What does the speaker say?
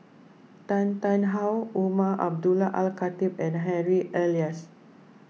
Tan Tarn How Umar Abdullah Al Khatib and Harry Elias